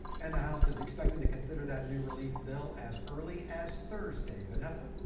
and the house is expected to consider that new relief bill as early as thursday vanessa.